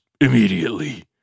immediately